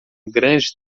grande